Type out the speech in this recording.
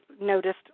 noticed